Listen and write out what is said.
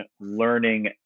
learning